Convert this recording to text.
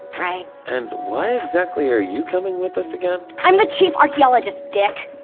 right? and why exactly are you coming with us again? i'm the chief archaeologist, dick!